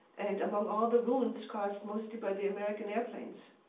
and among all the ruins caused mostly by the american airplanes.